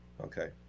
Okay